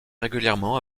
régulièrement